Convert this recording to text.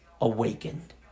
awakened